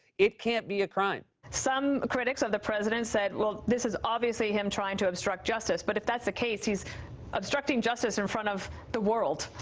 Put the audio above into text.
it can't be a crime. some critics of the president said, well, this is obviously him trying to obstruct justice, but if that's the case, he's obstructing justice in front of the world.